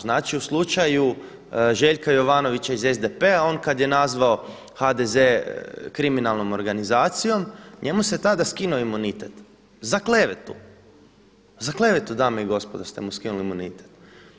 Znači u slučaju Željka Jovanovića iz SDP-a on kad je nazvao HDZ kriminalnom organizacijom njemu se tada skinuo imunitet za klevetu, za klevetu dame i gospodo ste mu skinuli imunitet.